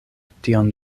tion